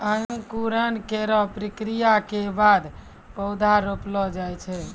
अंकुरन केरो प्रक्रिया क बाद पौधा रोपलो जाय छै